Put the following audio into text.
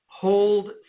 Hold